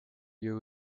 you